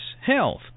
health